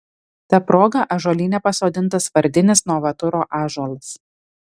ta proga ąžuolyne pasodintas vardinis novaturo ąžuolas